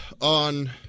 on